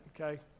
okay